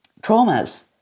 traumas